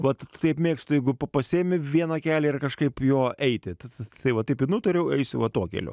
vat taip mėgstu jeigu pa pasiėmi vieną kelią ir kažkaip jo eiti į tai va taip ir nutariau eisiu va tuo keliu